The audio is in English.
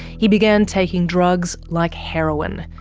he began taking drugs like heroin.